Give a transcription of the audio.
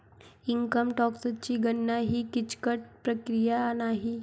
income टॅक्सची गणना ही किचकट प्रक्रिया नाही